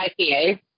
IPA